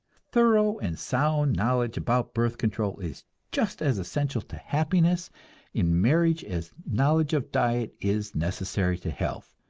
thorough and sound knowledge about birth control is just as essential to happiness in marriage as knowledge of diet is necessary to health,